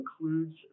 includes